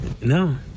No